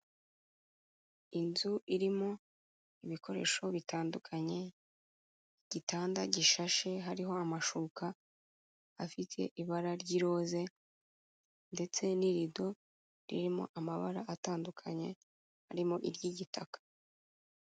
Inzu irimo ibikoresho bitandukanye, igitanda gishashe hariho amashuka afite ibara ry'iroze ndetse n'irido ririmo amabara atandukanye arimo iry'igitaka.